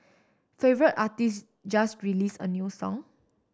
favour artist just release a new song